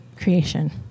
creation